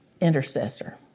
intercessor